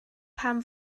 pam